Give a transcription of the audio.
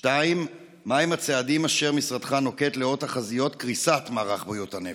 2. מהם הצעדים אשר משרדך נוקט לנוכח תחזיות קריסת מערך בריאות הנפש?